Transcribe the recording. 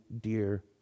dear